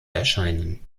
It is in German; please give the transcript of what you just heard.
erscheinen